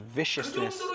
viciousness